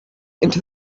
into